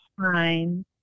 fine